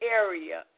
area